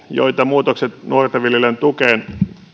joita muutokset nuorten viljelijöiden tukeen